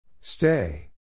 Stay